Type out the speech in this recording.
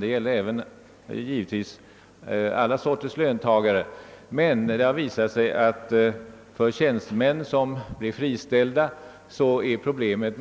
Detta gäller givetvis alla sorters löntagare, men det har visat sig att problemet många gånger är ännu värre för tjänstemän som blir friställda än för andra kategorier,